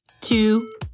two